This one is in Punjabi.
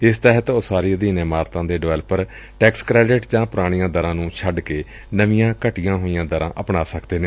ਇਸ ਤਹਿਤ ਉਸਾਰੀ ਅਧੀਨ ਇਮਾਰਤਾਂ ਦੇ ਡਿਵੈਲਪਰ ਟੈਕਸ ਕਰੈਡਿਟ ਜਾਂ ਪੁਰਾਣੀਆਂ ਦਰਾਂ ਨੂੰ ਛੱਡ ਕੇ ਨਵੀਆਂ ਘਟੀਆਂ ਹੋਈਆਂ ਦਰਾਂ ਆਪਣਾ ਸਕਦੇ ਨੇ